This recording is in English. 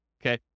okay